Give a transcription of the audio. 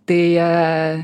tai a